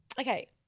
okay